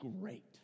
great